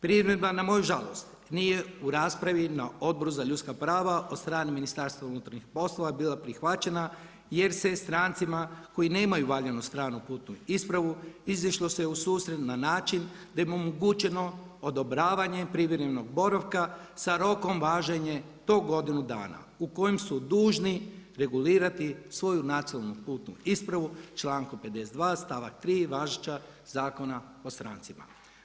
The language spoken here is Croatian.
Primjedba na moju žalost nije u raspravi na Odboru za ljudska prava od strane MUP-a bila prihvaćena jer se strancima koji nemaju valjanu stranu putnu ispravu izišlo se u susret na način da im je omogućeno odobravanje privremenog boravka sa rokom važenja do godinu dana u kojem su dužni regulirati svoju nacionalnu putu ispravu člankom 52. stavak 3. važećeg Zakona o strancima.